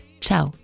Ciao